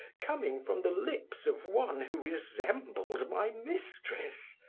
coming from the lips of one who resembled my mistress,